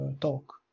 talk